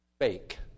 Fake